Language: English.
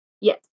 yes